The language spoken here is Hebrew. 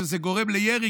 שזה גורם לירי,